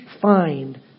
find